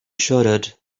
shuddered